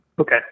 Okay